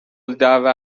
الدعوه